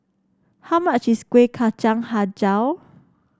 how much is Kueh Kacang hijau